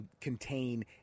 contain